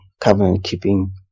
covenant-keeping